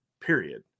period